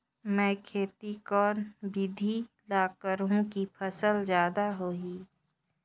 मै खेती कोन बिधी ल करहु कि फसल जादा होही